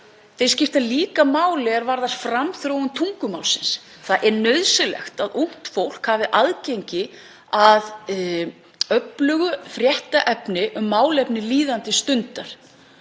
Þeir skipta líka máli er varðar framþróun tungumálsins. Það er nauðsynlegt að ungt fólk hafi aðgang að öflugu fréttaefni um málefni líðandi stundar